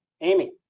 amy